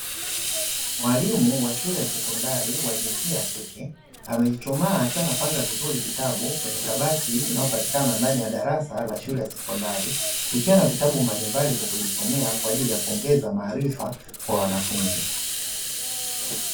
Mwalimu wa shule ya sekondari wa jinsia ya kike, amechuchumaa akiwa anapanga vizuri vitabu, kwenye kabati inayopatikana ndani ya darasa la shule ya sekondari, ikiwa na vitabu mbalimbali vya kujisomea kwa ajili ya kuongeza maarifa kwa wanafunzi.